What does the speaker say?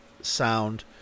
sound